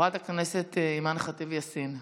חברת הכנסת אימאן ח'טיב יאסין.